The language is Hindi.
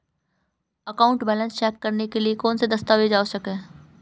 अकाउंट बैलेंस चेक करने के लिए कौनसे दस्तावेज़ आवश्यक हैं?